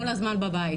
כל הזמן בבית.